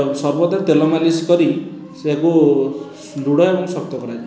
ସର୍ବଦା ତେଲ ମାଲିସ କରି ତାକୁ ଦୃଢ଼ ଏବଂ ଶକ୍ତ କରାଯାଏ